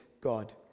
God